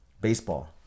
baseball